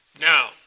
Now